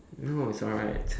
no it's alright